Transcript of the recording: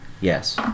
Yes